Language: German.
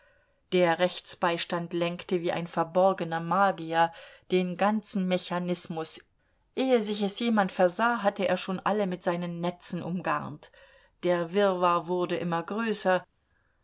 der rechtsbeistand lenkte wie ein verborgener magier den ganzen mechanismus ehe sich es jemand versah hatte er schon alle mit seinen netzen umgarnt der wirrwarr wurde immer größer